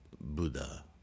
Buddha